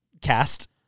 cast